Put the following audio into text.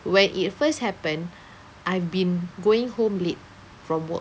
when it first happened I've been going home late from work